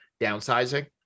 downsizing